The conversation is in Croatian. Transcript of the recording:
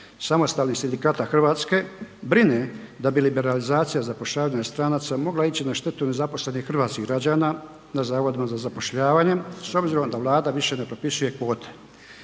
samostalnih sindikata Hrvatske brine da bi liberalizacija zapošljavanja stranaca mogla ići na štetu nezaposlenih hrvatskih građana na zavodima za zapošljavanje s obzirom da Vlada više ne propisuje kvote.